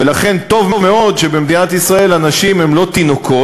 ולכן טוב מאוד שבמדינת ישראל אנשים הם לא תינוקות,